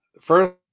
First